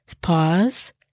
pause